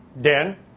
Dan